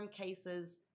cases